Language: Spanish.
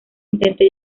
intente